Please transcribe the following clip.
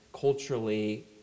culturally